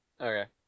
okay